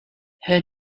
her